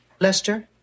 Lester